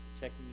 checking